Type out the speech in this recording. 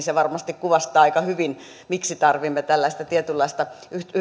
se varmasti kuvastaa aika hyvin miksi tarvitsemme tällaista tietynlaista